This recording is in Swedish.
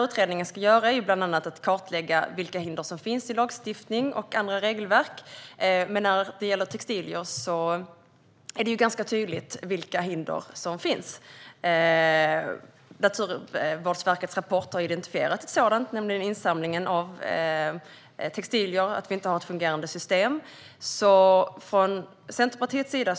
Utredningen ska bland annat kartlägga vilka hinder som finns i lagstiftning och andra regelverk, men när det gäller textilier är det ganska tydligt vilka hindren är. Naturvårdsverkets rapport har identifierat ett, nämligen att vi inte har ett fungerande system för insamling av textilier.